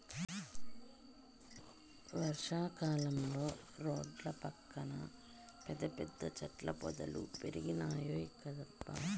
వర్షా కాలంలో రోడ్ల పక్కన పెద్ద పెద్ద చెట్ల పొదలు పెరిగినాయ్ కదబ్బా